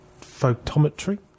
photometry